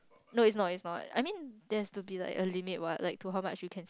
no it's not it's not I mean there's to be like a limit what like to how much you can